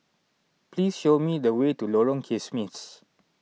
please show me the way to Lorong Kismis